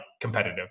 competitive